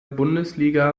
bundesliga